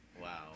Wow